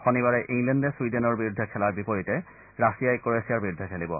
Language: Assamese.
শনিবাৰে ইংলেণ্ডে ছুইডেনৰ বিৰুদ্ধে খেলাৰ বিপৰীতে ৰাছিয়াই ক্ৰোৱেছিয়াৰ বিৰুদ্ধে খেলিব